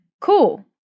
Cool